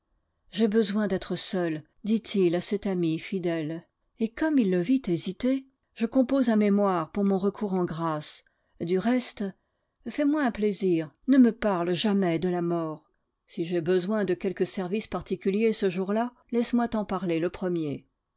j'ai besoin d'être seul dit-il à cet ami fidèle et comme il le vit hésiter je compose un mémoire pour mon recours en grâce du reste fais-moi un plaisir ne me parle jamais de la mort si j'ai besoin de quelques services particuliers ce jour-là laisse-moi t'en parler le premier